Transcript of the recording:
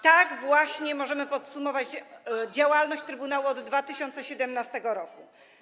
Tak właśnie możemy podsumować działalność trybunału od 2017 r.